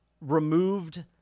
removed